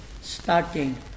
starting